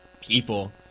people